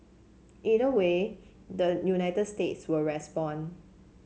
either way the United States will respond